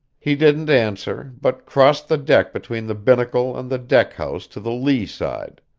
he didn't answer, but crossed the deck between the binnacle and the deck-house to the lee side.